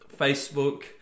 Facebook